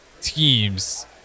teams